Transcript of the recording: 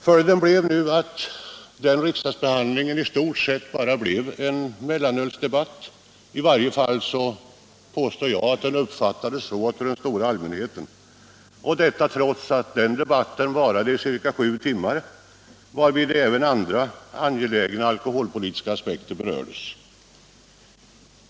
Följden blev att riksdagsbehandlingen i stort sett endast blev en ”mellanölsdebatt” — i varje fall påstår jag att den uppfattades så av allmänheten, detta trots att debatten varade i ca sju timmar, varvid även andra angelägna alkoholpolitiska aspekter berördes.